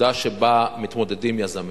הנקודה שבה מתמודדים יזמים.